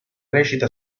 recita